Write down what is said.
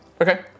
Okay